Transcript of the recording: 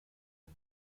ein